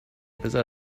بذار